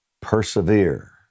Persevere